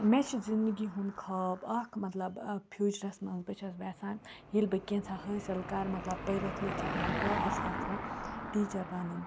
مےٚ چھِ زندگی ہُنٛد خاب اَکھ مطلب فیوٗچرَس مںٛز بہٕ چھَس ٮ۪ژھان ییٚلہِ بہٕ کینٛژاہ حٲصِل کَرٕ مطلب پٔرِتھ لیکھِتھ مَکلاو بہٕ چھَس یَژھان ٹیٖچَر بَنُن